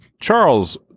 Charles